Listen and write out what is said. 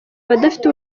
abadafite